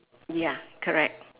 ya correct